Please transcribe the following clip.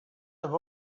have